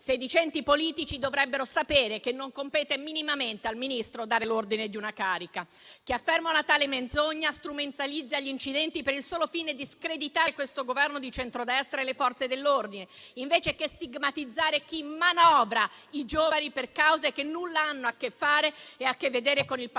Sedicenti politici dovrebbero sapere che non compete minimamente al Ministro dare l'ordine di una carica. Chi afferma una tale menzogna strumentalizza gli incidenti al solo fine di screditare questo Governo di centrodestra e le Forze dell'ordine, invece di stigmatizzare chi manovra i giovani per cause che nulla hanno a che fare e a che vedere con il pacifismo,